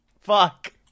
Fuck